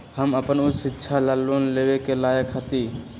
हम अपन उच्च शिक्षा ला लोन लेवे के लायक हती?